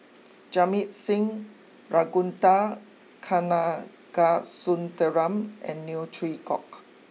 Jamit Singh Ragunathar Kanagasuntheram and Neo Chwee Kok